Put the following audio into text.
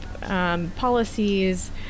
policies